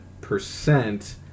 percent